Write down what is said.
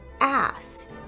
ass